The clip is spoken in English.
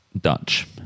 Dutch